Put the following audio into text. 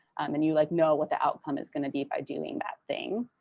and you like know what the outcome is going to be by doing that thing.